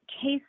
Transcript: case